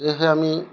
সেয়েহে আমি